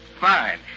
fine